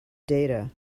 data